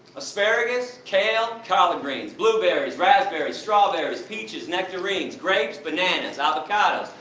asparagus? kale, collard greens, blueberries, raspberries, strawberries, peaches, nectarines, grapes, bananas, avocados,